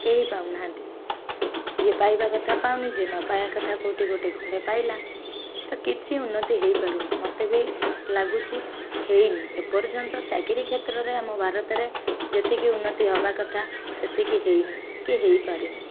କେହି ପାଉନାହାନ୍ତି ଯିଏ ପାଇବା କଥା ପାଉନି ଯିଏ ନ ପାଇବା କଥା କେଉଁଠି ଗୋଟେ ଖଣ୍ଡେ ପାଇଲା ତ କିଛି ଉନ୍ନତି ହେଇପାରୁନି ମୋତେ ବି ଲାଗୁଛି ହେଇନି ଏପର୍ଯ୍ୟନ୍ତ ଚାକିରୀ କ୍ଷେତ୍ରରେ ଆମ ଭାରତରେ ଯେତିକି ଉନ୍ନତି ହବା କଥା ସେତିକି ହେଇନି କି ହେଇପାରନି